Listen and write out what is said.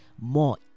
more